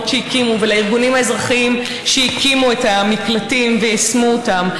ולארגונים האזרחיים שהקימו את המקלטים ויישמו אותם.